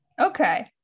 Okay